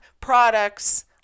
products